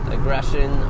aggression